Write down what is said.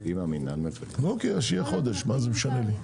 אז שיהיה חודש, מה זה משנה לי.